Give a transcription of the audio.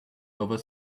over